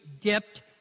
dipped